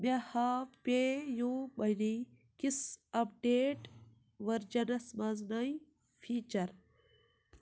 مےٚ ہاو PayU money کِس اپڈیٹ ورجنَس منٛز نٔے فیچر